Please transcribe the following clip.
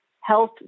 health